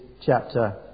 chapter